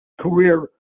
career